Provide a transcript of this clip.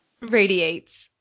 radiates